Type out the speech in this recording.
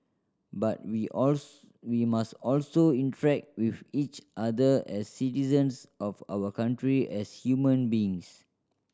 but we we must also interact with each other as citizens of our country as human beings